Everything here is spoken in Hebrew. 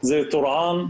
זה טורעאן,